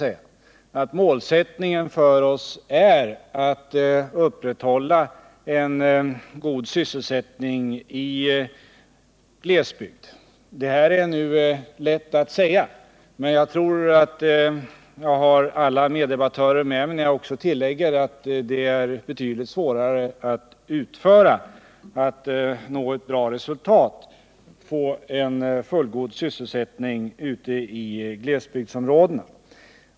Vår målsättning är naturligtvis att upprätthålla en god sysselsättning i glesbygd. Detta är nu lätt att säga, men jag tror att jag har alla meddebattörer med mig när jag tillägger att det är betydligt svårare att nå det målet att nå ett bra resultat, få en fullgod sysselsättning ute i glesbygdsområdena.